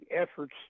efforts